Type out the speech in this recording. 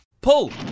Pull